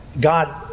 God